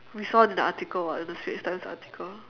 we saw it in the article [what] in the strait's times article